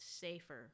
safer